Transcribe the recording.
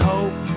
Hope